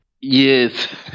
Yes